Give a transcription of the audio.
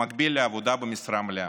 במקביל לעבודה במשרה מלאה.